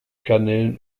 kanälen